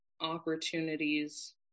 opportunities